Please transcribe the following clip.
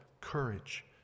courage